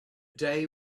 day